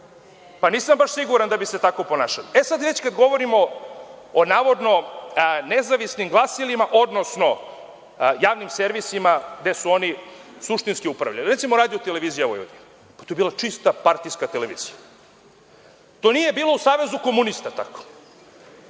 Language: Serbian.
Nisam baš siguran da bi se tako ponašali. Kad već govorimo o navodno nezavisnim glasilima, odnosno javnim servisima gde su oni suštinski upravljali, recimo Radio-televizija Vojvodine, pa to je bila čista partijska televizija. To nije bilo u Savezu komunista tako.